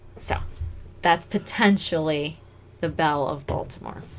so that's potentially the belle of baltimore